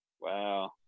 wow